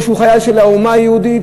או חייל של האומה היהודית,